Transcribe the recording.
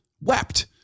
wept